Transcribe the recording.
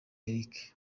eric